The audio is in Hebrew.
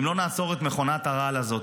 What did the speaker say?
אם לא נעצור את מכונת הרעל הזאת,